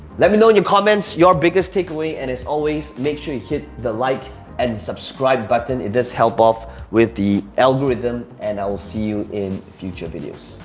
let me know in your comments your biggest takeaway and it's always, make sure you hit the like and subscribe button, it does help off with the algorithm and i will see you in future videos.